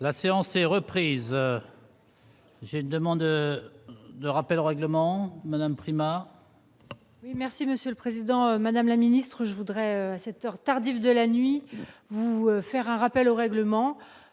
La séance est reprise. J'ai une demande de rappel règlement Madame Prima. Merci monsieur le Président, Madame la ministre, je voudrais à cette heure tardive de la nuit, vous faire un rappel au règlement,